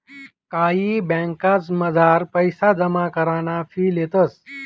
कायी ब्यांकसमझार पैसा जमा कराना फी लेतंस